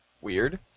Weird